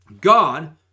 God